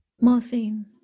Morphine